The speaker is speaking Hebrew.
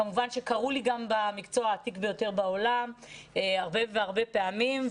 כמובן שקראו לי גם במקצוע העתיק ביותר בעולם הרבה פעמים,